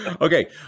Okay